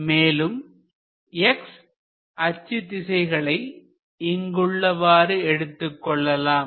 மேலும் x அச்சு திசைகளை இங்குள்ளவாறு எடுத்துக் கொள்ளலாம்